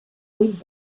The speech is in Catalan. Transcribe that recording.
huit